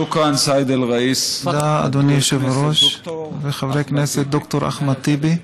שוכרן, סייד א-ראיס ד"ר חבר הכנסת אחמד טיבי.